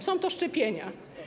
Są to szczepienia.